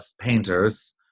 painters